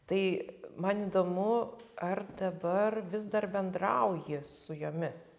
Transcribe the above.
tai man įdomu ar dabar vis dar bendrauji ji su jomis